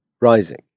rising